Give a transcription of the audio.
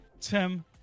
Tim